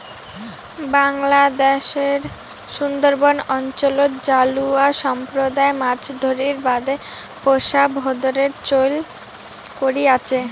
বাংলাদ্যাশের সুন্দরবন অঞ্চলত জালুয়া সম্প্রদায় মাছ ধরির বাদে পোষা ভোঁদরের চৈল করি আচে